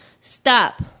Stop